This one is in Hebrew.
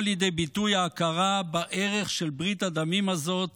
לידי ביטוי ההכרה בערך של ברית הדמים הזאת